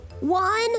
one